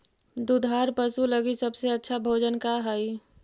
दुधार पशु लगीं सबसे अच्छा भोजन का हई?